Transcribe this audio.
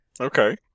Okay